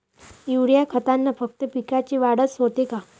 Urea खतानं फक्त पिकाची वाढच होते का?